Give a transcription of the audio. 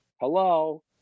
Hello